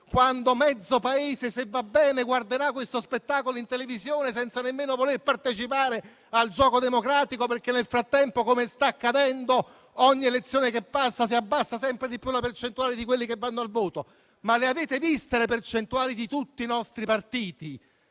quando mezzo Paese, se va bene, guarderà questo spettacolo in televisione, senza nemmeno voler partecipare al gioco democratico? Nel frattempo, infatti, come sta accadendo ogni elezione che passa, si abbassa sempre di più la percentuale di quelli che vanno al voto. Le avete viste le percentuali di tutti i nostri partiti,